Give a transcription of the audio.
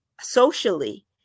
socially